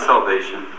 salvation